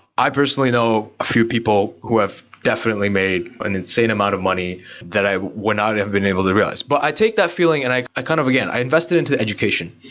i personally know a few people who have definitely made an insane amount of money that i wouldn't not have been able to realize but i take that feeling and i i kind of again, i invest it into education.